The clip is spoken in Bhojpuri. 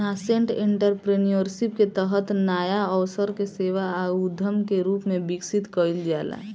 नासेंट एंटरप्रेन्योरशिप के तहत नाया अवसर के सेवा आ उद्यम के रूप में विकसित कईल जाला